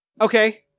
Okay